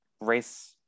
race